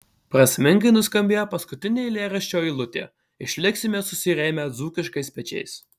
prasmingai nuskambėjo paskutinė eilėraščio eilutė išliksime susirėmę dzūkiškais pečiais